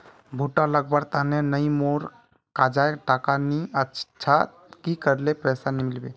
भुट्टा लगवार तने नई मोर काजाए टका नि अच्छा की करले पैसा मिलबे?